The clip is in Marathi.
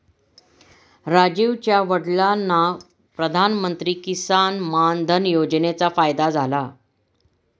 राजीवच्या वडिलांना प्रधानमंत्री किसान मान धन योजनेचा फायदा झाला